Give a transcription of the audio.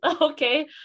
okay